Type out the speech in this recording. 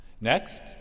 Next